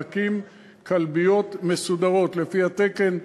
להקים כלביות מסודרות לפי התקן,